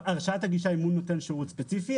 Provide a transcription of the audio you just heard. הרשאת הגישה היא מול נותן שירות ספציפי.